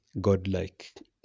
godlike